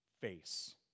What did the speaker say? face